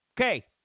Okay